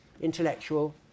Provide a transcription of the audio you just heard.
intellectual